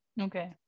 Okay